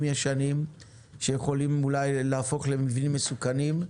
ישנים שיכולים להפוך כך למבנים מסוכנים.